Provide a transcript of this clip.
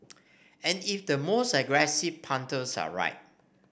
and if the most aggressive punters are right